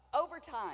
overtime